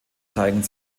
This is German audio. zeigen